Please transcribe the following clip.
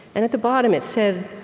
and at the bottom it said,